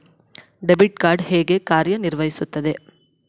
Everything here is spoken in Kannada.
ಡೆಬಿಟ್ ಕಾರ್ಡ್ ಹೇಗೆ ಕಾರ್ಯನಿರ್ವಹಿಸುತ್ತದೆ?